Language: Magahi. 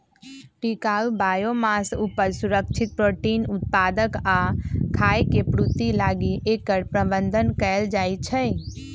टिकाऊ बायोमास उपज, सुरक्षित प्रोटीन उत्पादक आ खाय के पूर्ति लागी एकर प्रबन्धन कएल जाइछइ